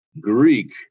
Greek